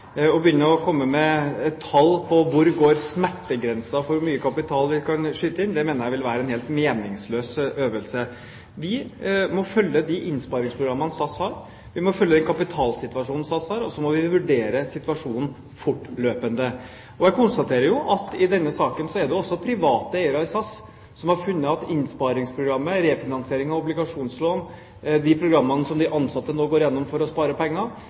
Å komme med et tall på hvor smertegrensen går for hvor mye kapital vi kan skyte inn, mener jeg vil være en helt meningsløs øvelse. Vi må følge de innsparingsprogrammene SAS har. Vi må følge den kapitalsituasjonen SAS har. Så må vi vurdere situasjonen fortløpende. Jeg konstaterer at i denne saken er det private eiere i SAS som har funnet ut at innsparingsprogrammet, refinansiering av obligasjonslån og de programmene som de ansatte nå går igjennom for å spare penger,